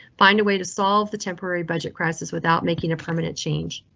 find a way to solve the temporary budget crisis without making a permanent change.